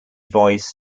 voice